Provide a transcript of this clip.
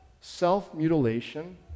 Self-mutilation